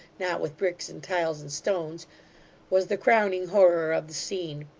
not with bricks and tiles and stones was the crowning horror of the scene.